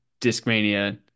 Discmania